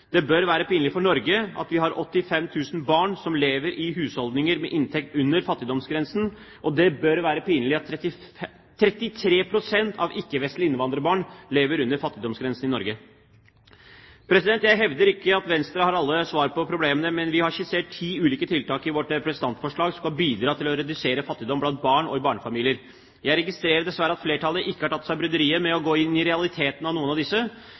Det bør være pinlig for Norge at vi har 85 000 barn som lever i husholdninger med inntekt under fattigdomsgrensen. Det bør være pinlig at 33 pst. av ikke-vestlige innvandrerbarn lever under fattigdomsgrensen i Norge. Jeg hevder ikke at Venstre har alle svar på problemene, men vi har skissert ti ulike tiltak i vårt representantforslag som kan bidra til å redusere fattigdom blant barn og i barnefamilier. Jeg registrerer dessverre at flertallet ikke har tatt seg bryderiet med å gå inn i realiteten av noen av disse.